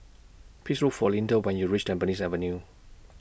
Please Look For Lynda when YOU REACH Tampines Avenue